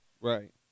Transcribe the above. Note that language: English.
Right